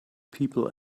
people